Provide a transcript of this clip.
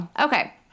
Okay